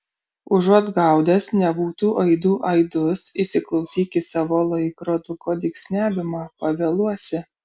užuot gaudęs nebūtų aidų aidus įsiklausyk į savo laikroduko dygsniavimą pavėluosi